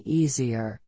easier